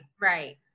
right